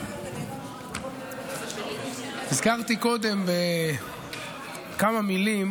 הזכרתי קודם בכמה מילים